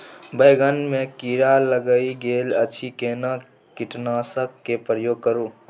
बैंगन में कीरा लाईग गेल अछि केना कीटनासक के प्रयोग करू?